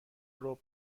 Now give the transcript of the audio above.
ربع